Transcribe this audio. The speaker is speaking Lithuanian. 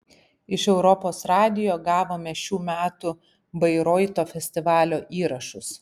iš europos radijo gavome šių metų bairoito festivalio įrašus